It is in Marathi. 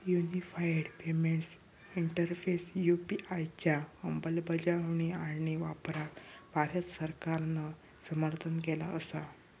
युनिफाइड पेमेंट्स इंटरफेस यू.पी.आय च्या अंमलबजावणी आणि वापराक भारत सरकारान समर्थन केला असा